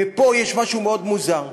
ופה יש משהו מאוד מוזר,